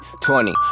Twenty